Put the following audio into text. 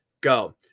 go